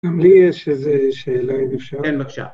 ‫גם לי יש איזה שאלה, אם אפשר. ‫-כן בבקשה